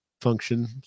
function